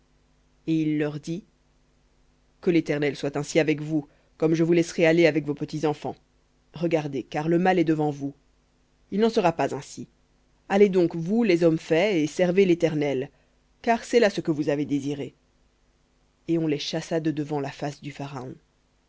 et il leur dit que l'éternel soit ainsi avec vous comme je vous laisserai aller avec vos petits enfants regardez car le mal est devant vous il n'en sera pas ainsi allez donc les hommes faits et servez l'éternel car c'est là ce que vous avez désiré et on les chassa de devant la face du pharaon